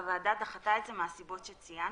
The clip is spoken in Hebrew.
והוועדה דחתה את זה מהסיבות שציינתי.